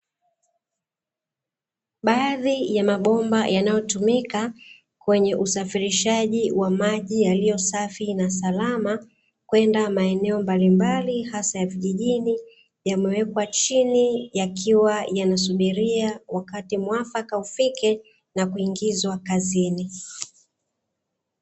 Baadhi ya mabomba yanayotumika kwenye usafirishaji wa maji yaliyo safi na salama, kwenda maeneo mbalimbali hasa ya vijijini. yamewekwa chini yakiwa yanasubiria wakati muafaka ufike, na kuingizwa kazini.